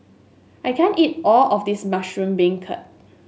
I can't eat all of this Mushroom Beancurd